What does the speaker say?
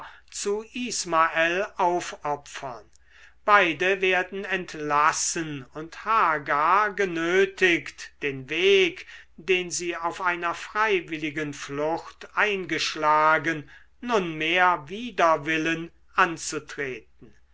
zu ismael aufopfern beide werden entlassen und hagar genötigt den weg den sie auf einer freiwilligen flucht eingeschlagen nunmehr wider willen anzutreten